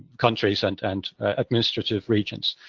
countries and and administrative regions.